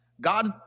God